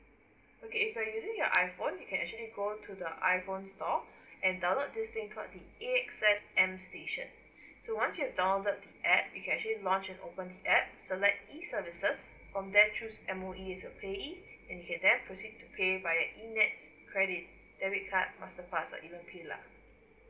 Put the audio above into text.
okay if you're using your iphone you can actually go to the iphone store and download this thing called the A_X_S M station so once you have downloaded the app you can actually launch and open the app select e services from there choose M_O_E as a payee and you can then proceed to pay via e nets credit debit card masterpass and even PayLah